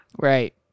Right